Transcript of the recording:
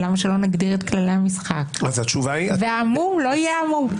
למה שלא נגדיר את כללי המשחק ועמום לא יהיה עמום?